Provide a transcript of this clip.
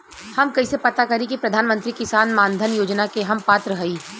हम कइसे पता करी कि प्रधान मंत्री किसान मानधन योजना के हम पात्र हई?